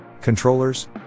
controllers